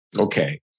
Okay